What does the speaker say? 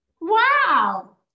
wow